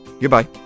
Goodbye